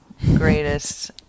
greatest